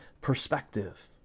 perspective